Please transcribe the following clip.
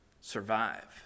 survive